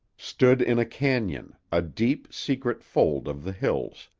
stood in a canon, a deep, secret fold of the hills,